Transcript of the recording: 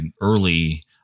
early